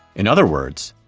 in other words,